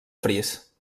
fris